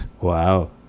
Wow